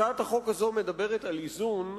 הצעת החוק הזאת מדברת על איזון,